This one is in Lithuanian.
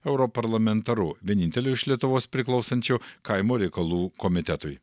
europarlamentaru vieninteliu iš lietuvos priklausančiu kaimo reikalų komitetui